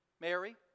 Mary